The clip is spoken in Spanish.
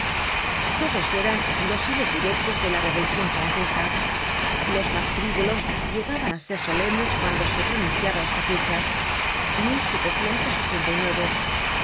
todos eran los hilos directos de la revolucion francesa los mas frivolos llegaban á ser solemnes cuando se pronunciaba esta fecha sus padres segun la